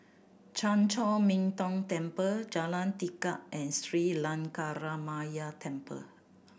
Chan Chor Min Tong Temple Jalan Tekad and Sri Lankaramaya Temple